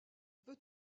peut